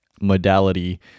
modality